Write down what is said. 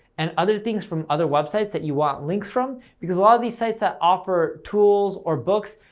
and other things from other websites that you want links from because a lot of these sites that offer tools or books,